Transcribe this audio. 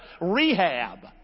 rehab